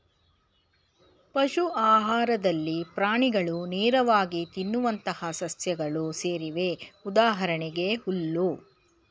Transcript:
ಪಶು ಆಹಾರದಲ್ಲಿ ಪ್ರಾಣಿಗಳು ನೇರವಾಗಿ ತಿನ್ನುವಂತಹ ಸಸ್ಯಗಳು ಸೇರಿವೆ ಉದಾಹರಣೆಗೆ ಹುಲ್ಲು